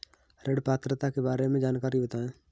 ऋण पात्रता के बारे में जानकारी बताएँ?